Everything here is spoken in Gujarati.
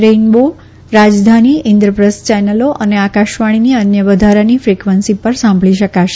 રેઈમ્બો રાજધાની ઈન્દ્રપ્રસ્થ ચેનલો અને આકાશવાણીની અન્ય વધારાની ફકવન્સી પર સાંભળી શકાશે